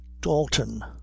dalton